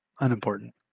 unimportant